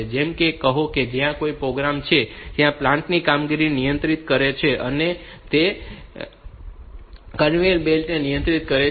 જેમ કે કહો કે ત્યાં કોઈ પ્રોગ્રામ છે જે પ્લાન્ટની કામગીરીને નિયંત્રિત કરે છે અને તે કન્વેયર બેલ્ટ ને નિયંત્રિત કરે છે